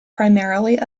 primarily